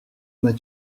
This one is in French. m’as